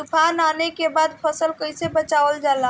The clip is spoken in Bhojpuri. तुफान आने के बाद फसल कैसे बचावल जाला?